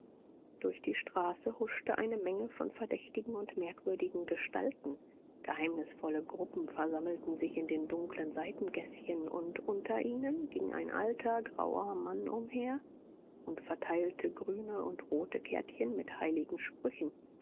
durch die straße huschte eine menge von verdächtigen und merkwürdigen gestalten geheimnisvolle gruppen versammelten sich in den dunkeln seitengäßchen und unter ihnen ging ein alter grauer mann umher und verteilte grüne und rote kärtchen mit heiligen sprüchen